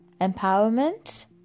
empowerment